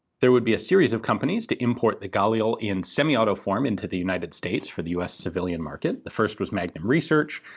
there would be a series of companies to import the galil in semi-auto form into the united states, for the us civilian market. the first was magnum research,